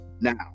Now